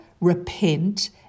repent